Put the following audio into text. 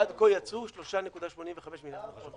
עד כה יצא 3.85 מיליארד שקלים, נכון.